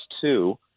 two